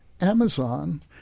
Amazon